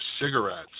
cigarettes